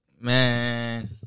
Man